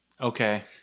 okay